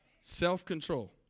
Self-control